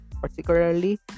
particularly